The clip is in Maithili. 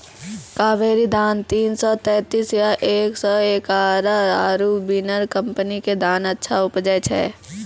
कावेरी धान तीन सौ तेंतीस या एक सौ एगारह आरु बिनर कम्पनी के धान अच्छा उपजै छै?